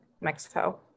Mexico